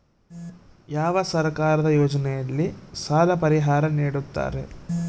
ಯಾವ ಸರ್ಕಾರದ ಯೋಜನೆಯಲ್ಲಿ ಸಾಲ ಪರಿಹಾರ ನೇಡುತ್ತಾರೆ?